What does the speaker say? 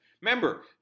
Remember